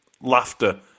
laughter